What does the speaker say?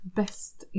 bäst